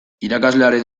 irakaslearen